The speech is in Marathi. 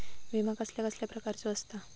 विमा कसल्या कसल्या प्रकारचो असता?